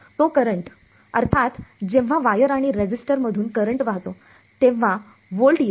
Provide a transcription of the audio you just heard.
तो करंट अर्थात जेव्हा वायर आणि रेझिस्टरमधून करंट वाहतो तेव्हा व्होल्ट येतो